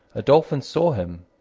a dolphin saw him,